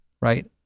right